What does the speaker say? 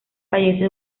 fallece